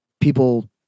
People